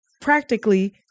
practically